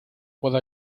puedo